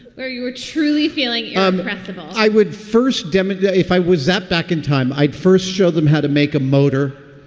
you were truly feeling um restive? um i would first demonstrate if i was that back in time, i'd first show them how to make a motor,